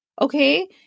Okay